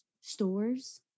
stores